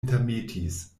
intermetis